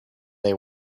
they